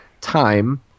time